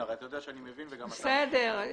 לייצב את המצב הביטחוני בעזה.